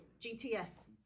GTS